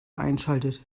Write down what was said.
einschaltet